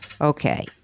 Okay